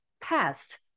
past